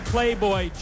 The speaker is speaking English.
Playboy